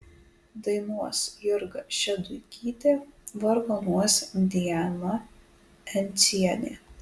dainuos jurga šeduikytė vargonuos diana encienė